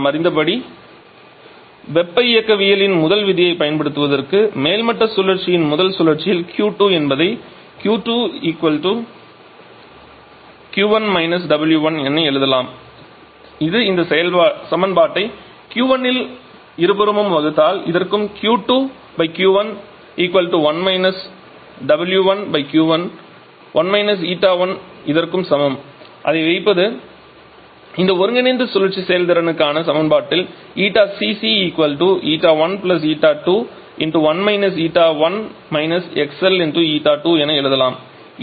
நாம் அறிந்த படி வெப்ப இயக்கவியலின் முதல் விதியைப் பயன்படுத்துவதற்கு மேல்மட்ட சுழற்சியின் முதல் சுழற்சியில்Q2 என்பதை 𝑄2 𝑄1 − 𝑊1 என எழுதலாம் இது இந்த சமன்பாட்டை Q1 ஆல் இருபுறமும் வகுத்தால் இதற்கும் 𝑄2𝑄1 1 − 𝑊1𝑄1 1 − 𝜂1 இதற்கும் சமம் அதை வைப்பது இந்த ஒருங்கிணைந்த சுழற்சி செயல்திறனுக்கான சமன்பாட்டில் 𝜂𝐶𝐶 𝜂1 𝜂2 1 − 𝜂1 − 𝑥𝐿 𝜂2 என எழுதலாம்